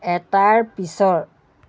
এটাৰ পিছৰ